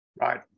Right